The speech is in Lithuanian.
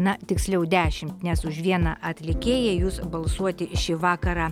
na tiksliau dešimt nes už vieną atlikėją jūs balsuoti šį vakarą